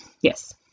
yes